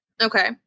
Okay